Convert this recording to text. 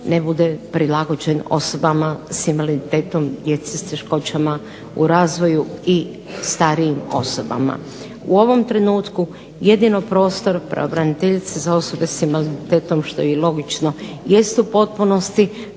ne bude prilagođen osobama s invaliditetom, djeci s teškoćama u razvoju i starijim osobama. U ovom trenutku jedino prostor pravobraniteljice za osobe s invaliditetom, što je i logično, jest u potpunosti